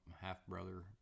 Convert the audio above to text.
half-brother